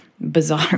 Bizarre